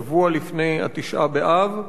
שבוע לפני תשעה באב.